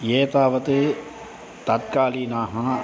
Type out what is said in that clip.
ये तावत् तात्कालीनाः